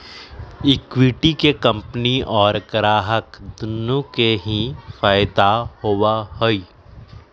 equity के company और ग्राहक दुन्नो के ही फायद दा होबा हई